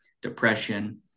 depression